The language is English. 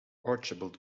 archibald